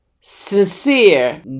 sincere